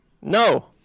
no